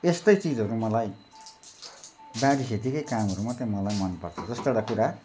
यस्तै चिजहरू मलाई बाँकी खेतीकै कामहरू मात्रै मलाई मनपर्छ जस्तो एउटा कुरा